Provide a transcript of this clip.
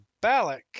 Balak